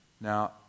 Now